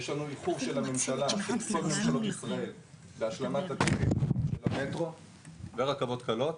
יש לנו איחור של הממשלה של כל ממשלות ישראל בהשלמת המטרו ורכבות קלות,